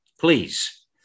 Please